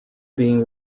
being